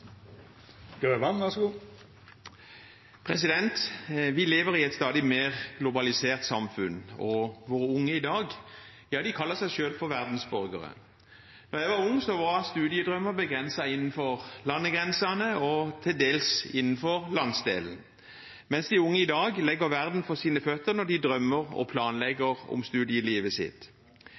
Vi lever i et stadig mer globalisert samfunn, og våre unge i dag kaller seg selv for verdensborgere. Da jeg var ung, var studiedrømmer begrenset innenfor landegrensene og til dels innenfor landsdelen, mens de unge i dag legger verden for sine føtter når de drømmer om og planlegger